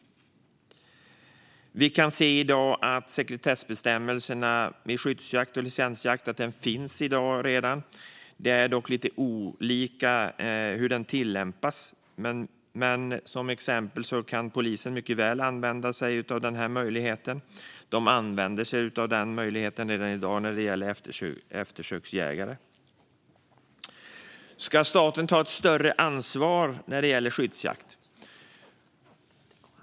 Det finns redan i dag sekretessbestämmelser för skyddsjakt och licensjakt. De tillämpas dock lite olika. Men till exempel kan polisen mycket väl använda sig av dem och gör det redan när det gäller eftersöksjägare. Ska staten ta ett större ansvar för skyddsjakten?